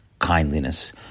kindliness